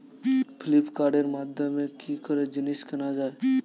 ফ্লিপকার্টের মাধ্যমে কি করে জিনিস কেনা যায়?